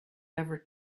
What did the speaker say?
ever